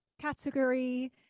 category